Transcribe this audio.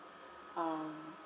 um